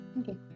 Okay